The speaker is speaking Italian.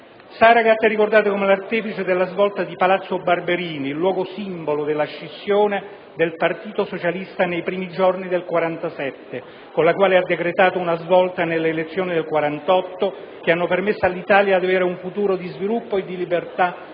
Saragat è ricordato come l'artefice della svolta di palazzo Barberini, il luogo simbolo della scissione del Partito Socialista nei primi giorni del 1947, con la quale ha decretato una svolta nelle elezioni del 1948, che hanno permesso all'Italia di avere un futuro di sviluppo e di libertà